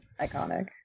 Iconic